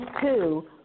two